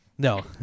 No